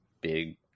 big –